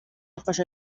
abwasch